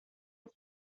its